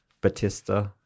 Batista